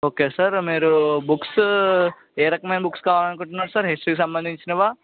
okay sir మీరు books ఏ రకమైన బుక్స్ కావాలనుకుంటున్నారు సార్ హిస్టరీ సంబంధించినవా